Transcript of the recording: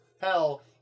Hell